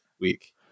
week